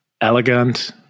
elegant